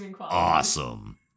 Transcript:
awesome